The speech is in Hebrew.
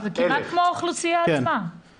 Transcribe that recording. זה כמעט כמו האוכלוסייה עצמה.